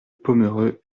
pomereux